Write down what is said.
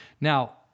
Now